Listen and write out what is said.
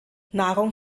nahrung